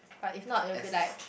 but if not will be like